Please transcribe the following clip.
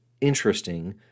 interesting